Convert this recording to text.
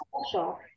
special